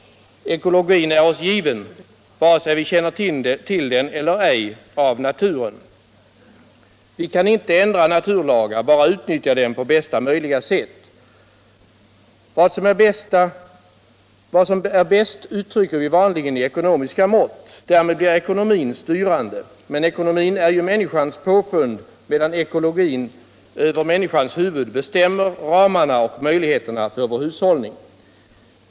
Ekologin är oss given av naturen. Vi kan inte ändra naturlagar, bara utnyttja dem på bästa möjliga sätt. Vad som är bäst uttrycker vi vanligen i ekonomiska mått. Därmed blir ekonomin styrande. Men ekonomin är ju människans påfund, medan ekologin över människans huvud bestämmer ramarna och möjligheterna för vår hushållning.